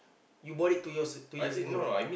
you bought it two years two years ago